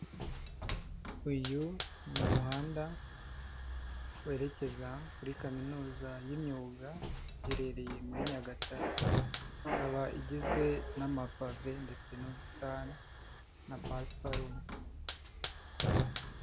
Uyu ni umuhanda werekeza kuri kaminuza y'imyuga iherereye muri Nyagatare, ikaba igizwe n'amapave ndetse n'ubusitani na pasiparume.